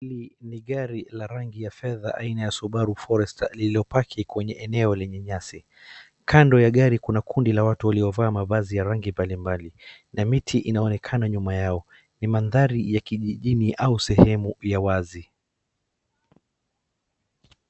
Hili ni gari la rangi ya fedha aina ya Subaru Forester lililopaki kwenye eneo lenye nyasi. Kando ya gari kuna kundi la watu waliovaa mavazi ya rangi mbalimbali. Na miti inaonekana nyuma yao. Ni mandhari ya kijijini au sehemu ya wazi.